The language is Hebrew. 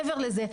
מעבר לזה,